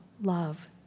love